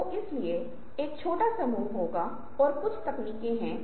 अलग अलग लक्ष्य क्या हो सकते हैं